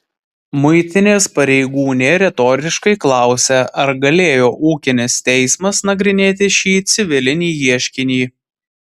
muitinės pareigūnė retoriškai klausia ar galėjo ūkinis teismas nagrinėti šį civilinį ieškinį